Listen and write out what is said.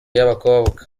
y’abakobwa